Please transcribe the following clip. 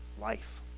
life